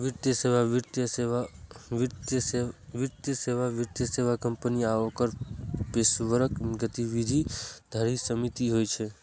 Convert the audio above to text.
वित्तीय सेवा वित्तीय सेवा कंपनी आ ओकर पेशेवरक गतिविधि धरि सीमित होइ छै